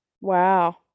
Wow